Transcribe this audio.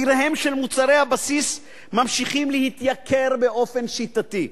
מחיריהם של מוצרי הבסיס ממשיכים להתייקר באופן שיטתי.